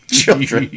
children